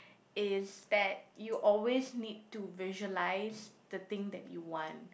is that you always need to visualize the thing that you want